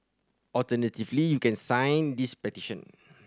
alternatively you can sign this petition